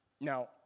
Now